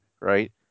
right